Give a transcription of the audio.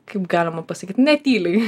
kaip galima pasakyt ne tyliai